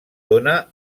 dona